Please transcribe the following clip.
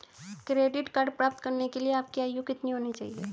Credit card प्राप्त करने के लिए आपकी आयु कितनी होनी चाहिए?